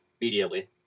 immediately